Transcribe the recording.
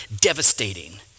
Devastating